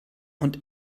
und